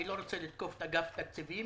אני לא רוצה לתקוף את אגף התקציבים,